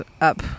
up